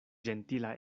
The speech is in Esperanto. ĝentila